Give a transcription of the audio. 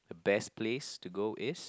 the best place to go is